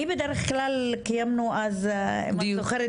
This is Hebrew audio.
אני, בדרך כלל קיימנו אז דיווחים.